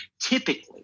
Typically